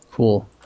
cool